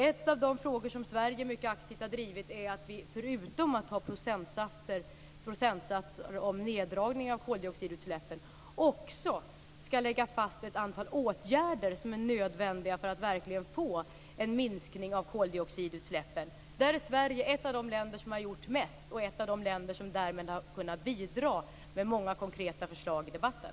En av de frågor som Sverige mycket aktivt har drivit är att vi, förutom att ha procentsatser om neddragning av koldioxidutsläppen, också skall lägga fast ett antal åtgärder som är nödvändiga för att verkligen få en minskning av koldioxidutsläppen. Där är Sverige ett av de länder som har gjort mest. Sverige har därmed kunnat bidra med många konkreta förslag i debatten.